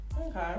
Okay